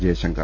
Jaishankar